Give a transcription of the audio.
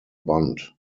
bunt